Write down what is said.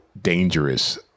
dangerous